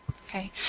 Okay